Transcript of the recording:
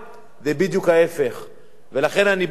ולכן אני בא ואומר לאותם בכירים: